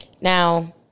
Now